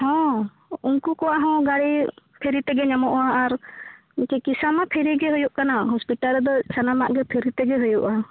ᱦᱚᱸ ᱩᱱᱠᱩ ᱠᱚᱣᱟᱜ ᱦᱚᱸ ᱜᱟᱹᱲᱤ ᱯᱷᱤᱨᱤ ᱛᱮᱜᱮ ᱧᱟᱢᱚᱜᱼᱟ ᱟᱨ ᱪᱤᱠᱤᱛᱥᱟ ᱢᱟ ᱯᱷᱤᱨᱤ ᱜᱮ ᱦᱩᱭᱩᱜ ᱠᱟᱱᱟ ᱦᱳᱥᱯᱤᱴᱟᱞ ᱨᱮᱫᱚ ᱥᱟᱱᱟᱢᱟᱜ ᱜᱮ ᱯᱷᱤᱨᱤ ᱛᱮᱜᱮ ᱦᱩᱭᱩᱜᱼᱟ